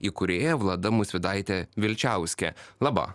įkūrėja vlada musvydaitė vilčiauskė laba